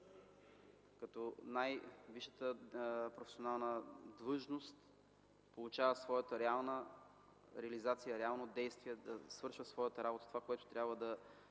като най-висшата професионална длъжност получава своята реална реализация, реално действие, да свършва своята работа – това, което ще трябва да